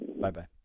Bye-bye